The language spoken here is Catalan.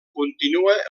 continua